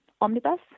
Omnibus